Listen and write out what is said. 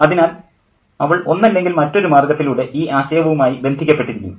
അതിനാൽ അവൾ ഒന്നല്ലെങ്കിൽ മറ്റൊരു മാർഗ്ഗത്തിലൂടെ ഈ ആശയവുമായി ബന്ധിക്കപ്പെട്ടിരിക്കുന്നു